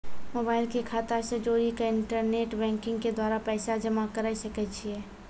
Mobile के खाता से जोड़ी के इंटरनेट बैंकिंग के द्वारा पैसा जमा करे सकय छियै?